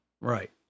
Right